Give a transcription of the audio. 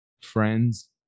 Friends